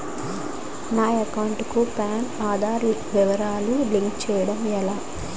నా అకౌంట్ కు పాన్, ఆధార్ వివరాలు లింక్ చేయటం ఎలా?